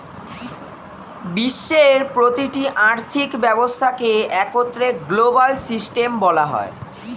বিশ্বের প্রতিটি আর্থিক ব্যবস্থাকে একত্রে গ্লোবাল সিস্টেম বলা হয়